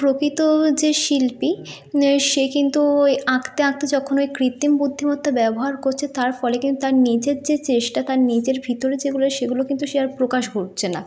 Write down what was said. প্রকৃত যে শিল্পী সে কিন্তু ওই আঁকতে আঁকতে যখন ওই কৃত্রিম বুদ্ধিমত্তা ব্যবহার করছে তার ফলে কিন্তু তার নিজের যে চেষ্টা তার নিজের ভিতরে যেগুলো সেগুলো কিন্তু সে আর প্রকাশ ঘটছে না